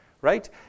right